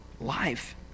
life